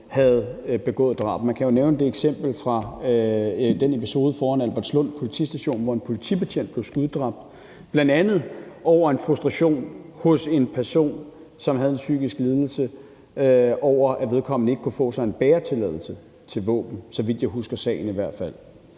havde begået drab. Man kan jo nævne det eksempel med den episode foran Albertslund politistation, hvor en politibetjent blev skuddræbt, bl.a. på grund af frustration hos en person, som havde en psykisk lidelse, over, at vedkommende ikke kunne få en bæretilladelse til våben, så vidt jeg husker sagen i hvert fald.